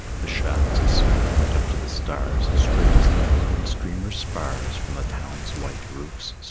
the shafts of smoke went up to the stars, straight as the northern streamer spars, from the town's white roofs,